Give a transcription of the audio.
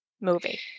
movie